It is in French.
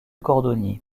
cordonnier